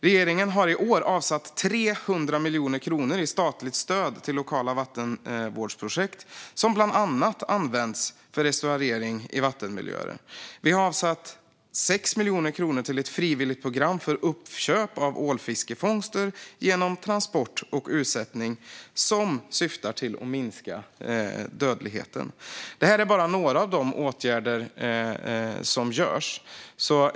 Regeringen har i år avsatt 300 miljoner kronor i statligt stöd till lokala vattenvårdsprojekt som bland annat används för restaurering av vattenmiljöer. Vi har avsatt 6 miljoner kronor till ett frivilligt program för uppköp av ålfiskefångster genom transport och utsättning som syftar till att minska dödligheten. Detta är bara några av de åtgärder som vidtas.